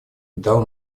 дал